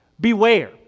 Beware